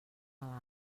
malalt